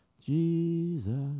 Jesus